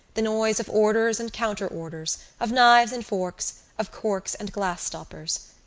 the noise of orders and counter-orders, of knives and forks, of corks and glass-stoppers.